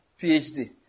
PhD